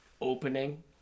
opening